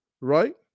right